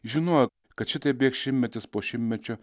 žinojo kad šitaip bėgs šimtmetis po šimtmečio